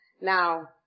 Now